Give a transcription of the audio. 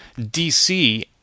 DC